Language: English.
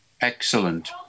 excellent